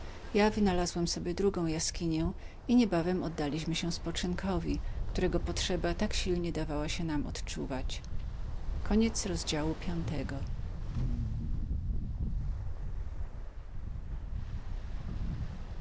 ja wynalazłem sobie drugą i niebawomniebawem oddaliśmy się spoczynkowi którego potrzeba tak silnie dawała się nam uczuwać